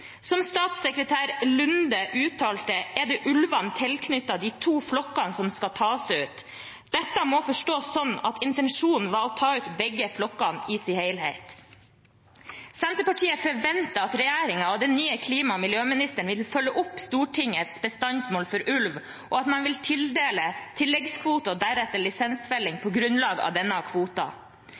Som statssekretær Lunde uttalte, er det ulvene tilknyttet de to flokkene som skal tas ut. Dette må forstås slik at intensjonen var å ta ut begge flokkene i sin helhet. Senterpartiet forventer at regjeringen og den nye klima- og miljøministeren vil følge opp Stortingets bestandsmål for ulv, og at man vil tildele tilleggskvote og deretter lisensfelling på grunnlag av denne